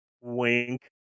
Wink